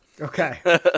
okay